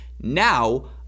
Now